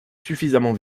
suffisamment